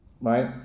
right